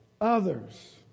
others